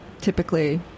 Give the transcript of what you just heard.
typically